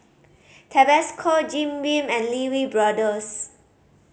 Tabasco Jim Beam and Lee Wee Brothers